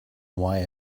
why